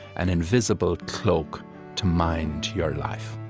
an invisible cloak to mind your life.